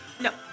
No